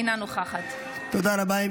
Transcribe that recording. אינה נוכחת תודה רבה.